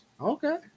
Okay